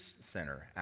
center